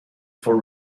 for